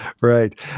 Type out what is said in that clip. Right